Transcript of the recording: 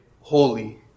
holy